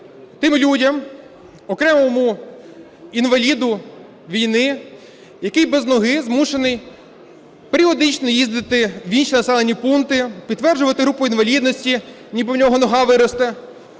тим людям, окремому інваліду війни, який без ноги змушений періодично їздити в інші населені пункти, підтверджувати групу інвалідності, ніби в нього нога виросте,